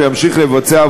וימשיך לבצע,